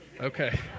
Okay